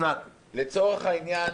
לצורך העניין,